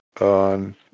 on